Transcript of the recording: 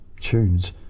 tunes